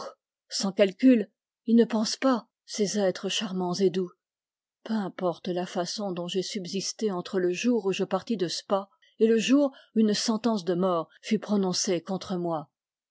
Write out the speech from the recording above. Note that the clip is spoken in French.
sans calcul ils ne pensent pas ces êtres charmans et doux peu importe la façon dont j'ai subsisté entre le jour où je partis de spa et le jour où une sentence de mort fut prononcée contre moi